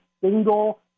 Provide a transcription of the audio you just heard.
single